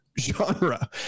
genre